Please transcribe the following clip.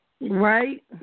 Right